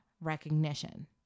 recognition